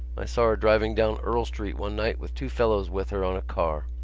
i saw her driving down earl street one night with two fellows with her on a car.